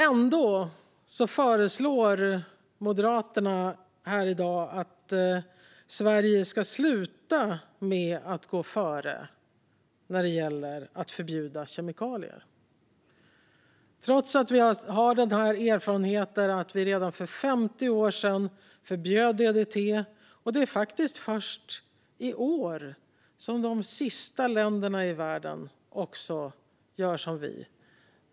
Ändå föreslår Moderaterna här i dag att Sverige ska sluta gå före när det gäller att förbjuda kemikalier, trots att vi har denna erfarenhet: Redan för 50 år sedan förbjöd vi DDT. Det är faktiskt först i år som de sista länderna i världen också gör som vi.